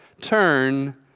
turn